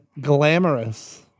Glamorous